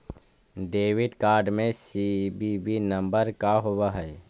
Debit card में CVV number का होव हइ?